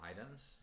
items